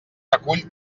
recull